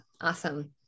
Awesome